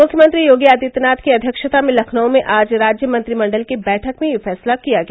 मुख्यमंत्री योगी आदित्यनाथ की अध्यक्षता में लखनऊ में आज राज्य मंत्रिमंडल की बैठक में यह फैसला किया गया